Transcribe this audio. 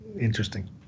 Interesting